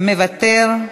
מוותר,